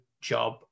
job